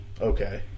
Okay